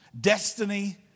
destiny